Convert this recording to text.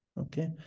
Okay